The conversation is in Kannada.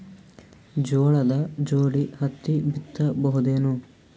ಜೋಳದ ಜೋಡಿ ಹತ್ತಿ ಬಿತ್ತ ಬಹುದೇನು?